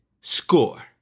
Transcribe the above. score